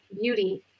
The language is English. beauty